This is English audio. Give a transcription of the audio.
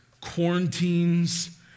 quarantines